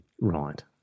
Right